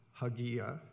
Hagia